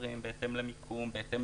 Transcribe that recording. פרמטרים בהתאם למיקום, בהתאם